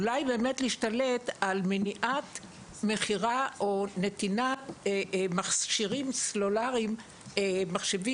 אולי באמת אפשר למנוע מכירה או נתינת מכשירים סלולאריים לילדים.